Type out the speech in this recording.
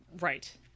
Right